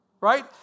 right